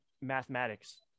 mathematics